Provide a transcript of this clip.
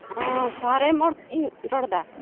ᱦᱮᱸ ᱨᱚᱲ ᱮᱫᱟ